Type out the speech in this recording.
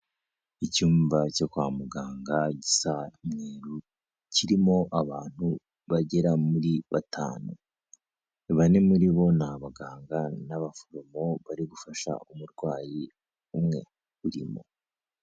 Icyumba cyo kwa muganga gisa umweru kirimo abantu bagera muri batanu, bane muri bo ni abaganga n'abaforomo bari gufasha umurwayi umwe urimo.